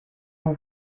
two